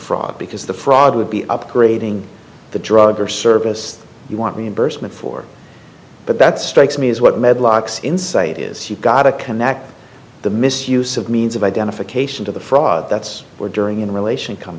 fraud because the fraud would be upgrading the drug or service you want reimbursement for but that strikes me is what med locks insight is you've got a connect the misuse of means of identification to the fraud that's where during in relation come